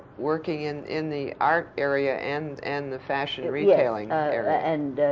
working in in the art area and and the fashion retailing area. and